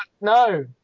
No